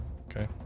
Okay